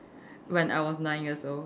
when I was nine years old